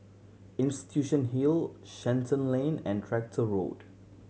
Institution Hill Shenton Lane and Tractor Road